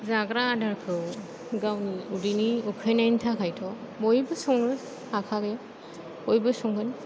जाग्रा आदारखौ गावनि उदैनि उखैनायनि थाखायथ' बयबो सङो हाखागोन बयबो संगोन